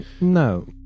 No